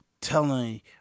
telling